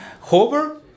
Hover